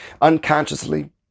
unconsciously